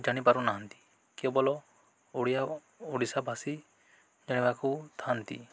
ଜାଣିପାରୁନାହାନ୍ତି କେବଳ ଓଡ଼ିଆ ଓଡ଼ିଶାବାସୀ ଜାଣିବାକୁ ଥାନ୍ତି